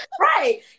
right